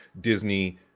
Disney